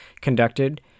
conducted